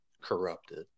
corrupted